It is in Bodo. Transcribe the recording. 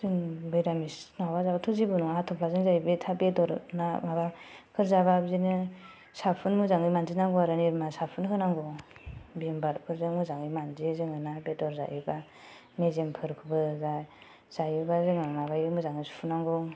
निरामिस माबा जाब्लाथ जेबो नङा हाथ्फाजों जायो बे बेदर ना माबाफोर जाबा बिदिनो साफुन मोजाङै मानजि नांगौ निर्मा साफुन होनांगौ भिम बार बेफोरजों मोजाङै मानजिनानै जों ना बेदर जायोब्ला मेजेमफोर जायोबा जों मोजाङै सुनांगौ